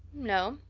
no,